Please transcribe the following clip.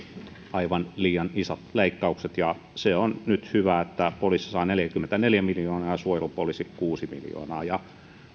aivan liian isot leikkaukset se on nyt hyvä että poliisi saa neljäkymmentäneljä miljoonaa ja suojelupoliisi kuusi miljoonaa ja